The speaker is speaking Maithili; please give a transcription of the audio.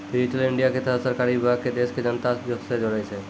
डिजिटल इंडिया के तहत सरकारी विभाग के देश के जनता से जोड़ै छै